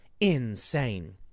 insane